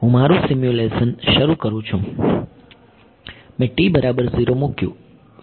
હું મારું સિમ્યુલેશન શરૂ કરું છું મેં મૂક્યું